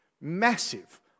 massive